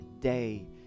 day